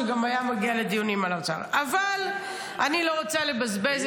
אבל אנחנו כפסע מהניצחון המוחלט כבר שנה, לא?